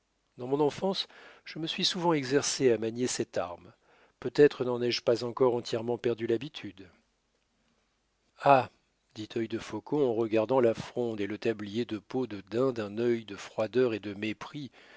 dans mon enfance je me suis souvent exercé à manier cette arme peut-être n'en ai-je pas encore entièrement perdu l'habitude ah dit œil de faucon en regardant la fronde et le tablier de peau de daim d'un œil de froideur et de mépris